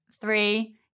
Three